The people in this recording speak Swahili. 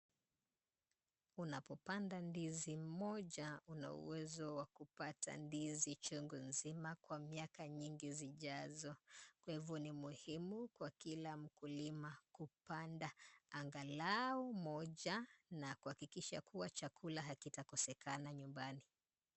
Unapopanda ndizi moja una uwezo wa kupata ndizi chungu nzima kwa miaka nyingi zijazo. Kwa hivo ni muhimu kwa kila mkulima kupanda angalau moja na kuhakikisha kuwa chakula hakitakosekana nyumbani.